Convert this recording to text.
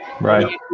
right